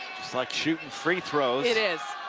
it's like shooting free throws. it is.